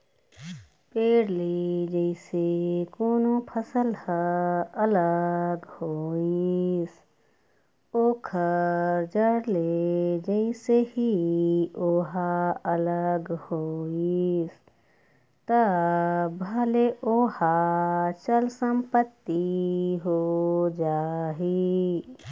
पेड़ ले जइसे कोनो फसल ह अलग होइस ओखर जड़ ले जइसे ही ओहा अलग होइस तब भले ओहा चल संपत्ति हो जाही